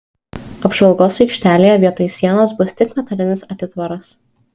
apžvalgos aikštelėje vietoj sienos bus tik metalinis atitvaras